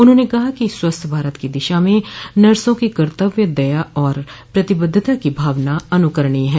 उन्होंने कहा कि स्वस्थ भारत की दिशा में नर्सों की कर्तव्य दया और प्रतिबद्धता की भावना अनुकरणीय है